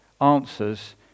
answers